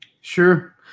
Sure